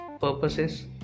purposes